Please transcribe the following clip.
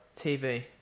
TV